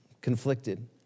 conflicted